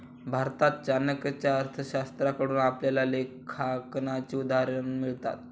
भारतात चाणक्याच्या अर्थशास्त्राकडून आपल्याला लेखांकनाची उदाहरणं मिळतात